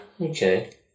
Okay